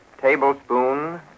tablespoon